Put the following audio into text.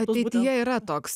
ateityje yra toks